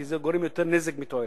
כי זה גורם יותר נזק מתועלת.